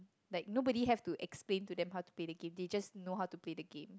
like nobody have to explain to them how to play the game they just know how to play the game